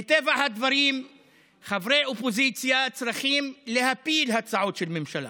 מטבע הדברים חברי אופוזיציה צריכים להפיל הצעות של ממשלה,